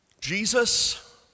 Jesus